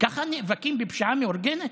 ככה נאבקים בפשיעה מאורגנת?